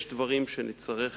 יש דברים שנצטרך